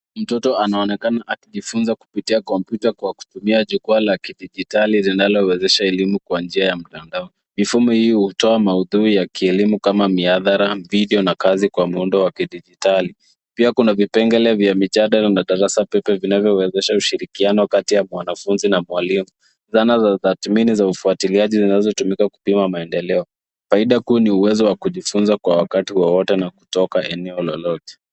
Mtoto anaonekana kujifunza kupitia kompyuta kwa kutumia jukwaa la kidijitali zinazowezesha elimu kwa njia ya mtandao. Mbinu hii inatumika katika masomo ya kidijitali kama midaharo, ambidyo, na kazi kwa dunia ya kidijitali. Pia kuna kipengele cha michoro kinachosaidia kuendeleza ushirikiano kati ya mwanafunzi na mwalimu. Zana za dakika zinatumika kupima maendeleo. Hii inaongeza uwezo wa mtoto kujifunza kwa wakati.